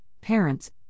parents